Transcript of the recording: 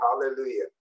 Hallelujah